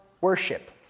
worship